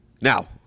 Now